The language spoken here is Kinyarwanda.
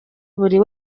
buri